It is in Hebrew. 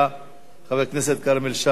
חבר הכנסת כרמל שאמה-הכהן.